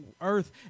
earth